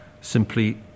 simply